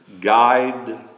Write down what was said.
guide